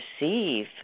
receive